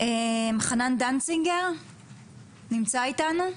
חנן דנצינגר נמצא איתנו?